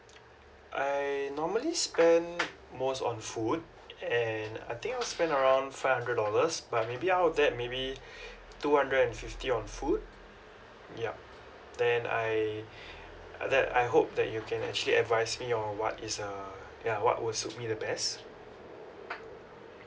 I normally spend most on food and I think I'll spend around five hundred dollars but maybe out of that maybe two hundred and fifty on food yup then I uh that I hope that you can actually advise me on what is uh ya what would suit me the best